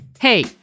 Hey